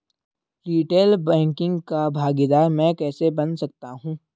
Retail banking का भागीदार मैं कैसे बन सकता हूँ?